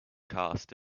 cast